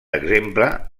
exemple